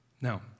Now